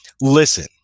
Listen